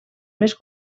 més